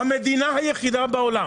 המדינה היחידה בעולם